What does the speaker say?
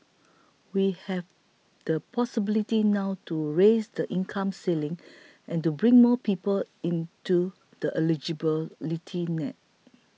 we have the possibility now to raise the income ceiling and bring more people into the eligibility net